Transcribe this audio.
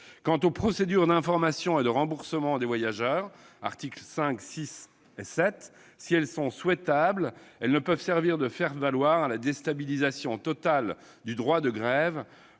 Quant aux procédures d'information et de remboursement des voyageurs- articles 5, 6 et 7 -, si elles sont souhaitables, elles ne peuvent servir de faire-valoir à la déstabilisation totale du droit de grève